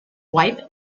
wife